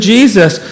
Jesus